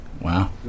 Wow